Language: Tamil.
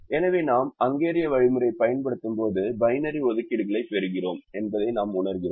எனவே நாம் ஹங்கேரிய வழிமுறையைப் பயன்படுத்தும்போது பைனரி ஒதுக்கீடுகளைப் பெறுகிறோம் என்பதை நாம் உணர்கிறோம்